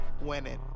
Winning